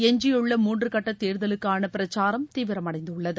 எஞ்சியுள்ள மூன்று கட்ட தேர்தலுக்கான பிரச்சாரம் தீவிரமடைந்துள்ளது